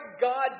God